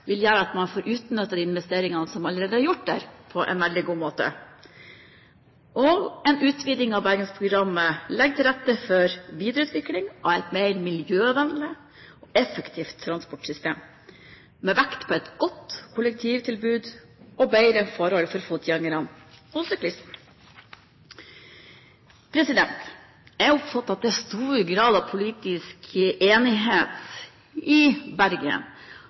vil gjøre at man vil få utnyttet de investeringene som allerede er gjort, på en veldig god måte. En utviding av Bergensprogrammet legger til rette for en videreutvikling av et mer miljøvennlig, effektivt transportsystem, med vekt på et godt kollektivtilbud og bedre forhold for fotgjengerne og syklistene. Jeg oppfatter at det er stor grad av politisk enighet i Bergen